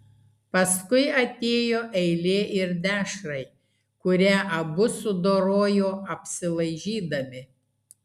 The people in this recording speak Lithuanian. paskui atėjo eilė ir dešrai kurią abu sudorojo apsilaižydami